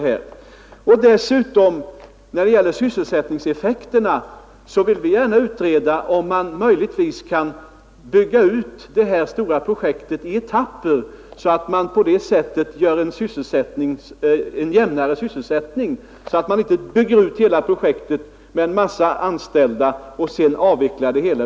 När det gäller sysselsättningseffekterna vill vi dessutom gärna utreda om man möjligtvis kan bygga ut det här stora projektet i etapper, så att man på det sättet skapar en jämnare sysselsättning, i stället för att bygga ut hela projektet på en gång med en massa anställda och sedan avveckla det hela.